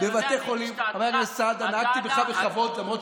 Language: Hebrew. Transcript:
זה מצדיק שאנחנו נעביר פה חוק שיגרום לזה